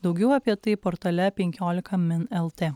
daugiau apie tai portale penkiolika min lt